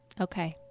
Okay